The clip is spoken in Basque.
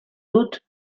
dut